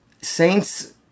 saints